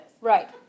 Right